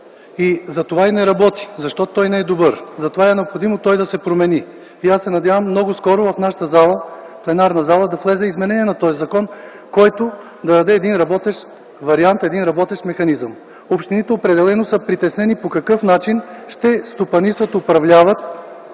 Затова и не работи, защото той не е добър. Затова е необходимо той да се промени. Аз се надявам много скоро в нашата пленарна зала да влезе изменение на този закон, който да даде един работещ вариант, един работещ механизъм. Общините определено са притеснени по какъв начин ще стопанисват, управляват